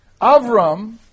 Avram